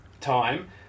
time